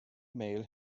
male